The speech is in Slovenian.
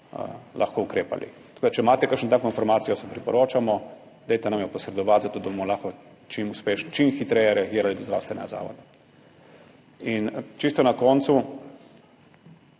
lahko ukrepali. Če imate kakšno tako informacijo, se priporočamo, dajte nam jo posredovati, zato da bomo lahko čim bolj uspešno, čim hitreje reagirali do zdravstvenega zavoda. In čisto na koncu,